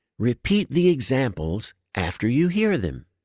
repeat the examples after you hear them.